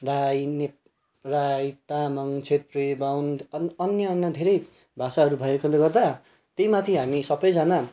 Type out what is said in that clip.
राई नेप् राई तामाङ छेत्री बाहुन अनि अन्य अन्य धेरै भाषाहरू भएकोले गर्दा त्यहीमाथि हामी सबैजना